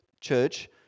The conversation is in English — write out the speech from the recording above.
church